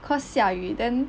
cause 下雨 then